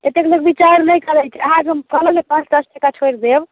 एतेक लोक बिचार नहि करैत छै अहाँके हम कहलहुँ ने पाँच दश टका छोड़ि देब